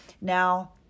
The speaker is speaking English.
now